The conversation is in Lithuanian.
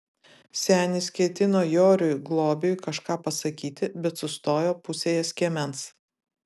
senis ketino joriui globiui kažką pasakyti bet sustojo pusėje skiemens